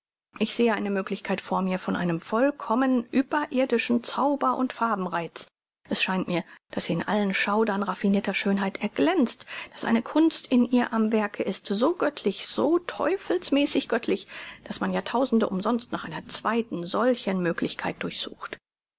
ich sehe eine möglichkeit vor mir von einem vollkommen überirdischen zauber und farbenreiz es scheint mir daß sie in allen schaudern raffinirter schönheit erglänzt daß eine kunst in ihr am werke ist so göttlich so teufelsmäßig göttlich daß man jahrtausende umsonst nach einer zweiten solchen möglichkeit durchsucht